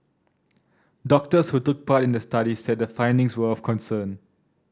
doctors who took part in the study said the findings were of concern